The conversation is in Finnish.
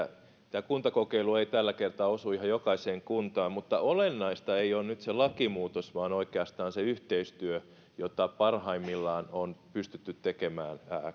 tämä kuntakokeilu ei tällä kertaa osu ihan jokaiseen kuntaan mutta olennaista ei ole nyt se lakimuutos vaan oikeastaan se yhteistyö jota parhaimmillaan on pystytty tekemään